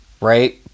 right